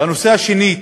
והנושא השני,